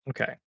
Okay